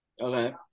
Okay